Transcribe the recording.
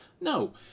no